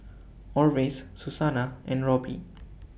Orvis Susannah and Robby